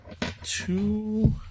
two